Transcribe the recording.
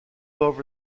over